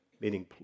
meaning